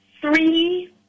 three